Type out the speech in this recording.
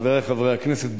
חברי חברי הכנסת,